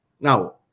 Now